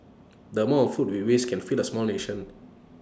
the amount of food we waste can feed A small nation